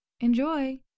Enjoy